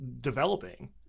developing